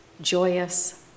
joyous